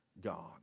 God